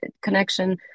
connection